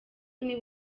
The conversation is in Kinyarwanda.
niba